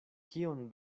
kion